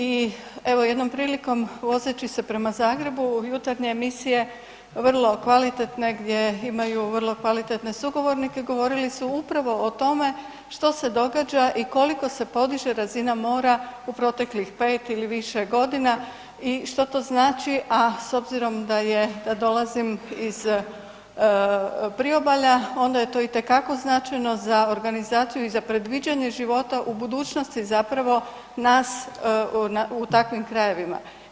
I evo, jednom prilikom vozeći se prema Zagrebu, jutarnje emisije vrlo kvalitetne gdje imaju vrlo kvalitetne sugovornike govorili su upravo o tome što se događa i koliko se podiže razina mora u proteklih 5 ili više godina i što to znači, a s obzirom da je, da dolazim iz Priobalja onda je to itekako značajno za organizaciju i za predviđanje života u budućnosti zapravo nas u takvim krajevima.